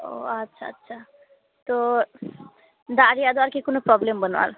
ᱚᱸᱻ ᱟᱪᱪᱷᱟ ᱪᱷᱟ ᱛᱚ ᱫᱟᱜ ᱨᱮᱭᱟᱜ ᱫᱚ ᱟᱨᱠᱤ ᱠᱳᱱᱳ ᱯᱚᱨᱚᱵᱮᱞᱮᱢ ᱵᱟᱹᱱᱩᱜᱼᱟ ᱟᱨ